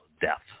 death